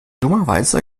dummerweise